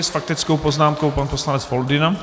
S faktickou poznámkou pan poslanec Foldyna.